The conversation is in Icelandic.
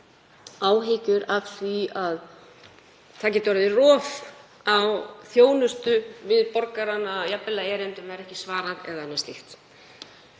áhyggjur af því að orðið geti rof á þjónustu við borgarana, jafnvel erindum ekki svarað eða annað slíkt.